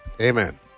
Amen